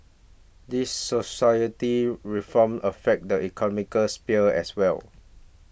these society reforms affect the sphere as well